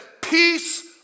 peace